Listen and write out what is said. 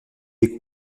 des